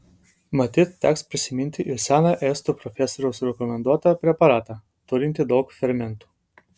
matyt teks prisiminti ir seną estų profesoriaus rekomenduotą preparatą turintį daug fermentų